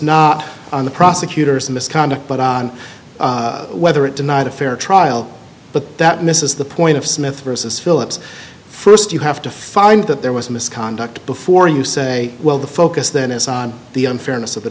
not on the prosecutors misconduct but on whether it denied a fair trial but that misses the point of smith versus phillips st you have to find that there was misconduct before you say well the focus then is on the unfairness of the